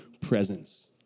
presence